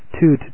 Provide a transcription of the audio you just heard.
two